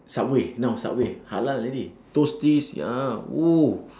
subway now subway halal already toasties ya !woo!